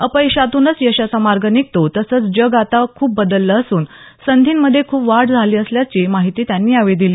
अपयशातूनच यशाचा मार्ग निघतो तसंच जग आता खूप बदललं असून संधींमध्ये खूप वाढ झाली असल्याची माहिती त्यांनी यावेळी दिली